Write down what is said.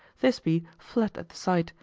thisbe fled at the sight,